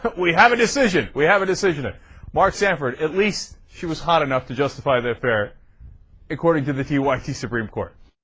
but we have a decision we have a decision ah mark sanford at least she was hot enough to justify their parents according to the few what the supreme court